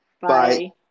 Bye